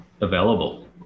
available